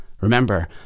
Remember